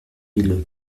mille